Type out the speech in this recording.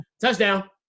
Touchdown